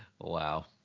Wow